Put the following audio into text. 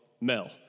Mel